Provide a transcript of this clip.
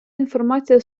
інформація